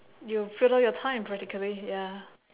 you fill up your time practically ya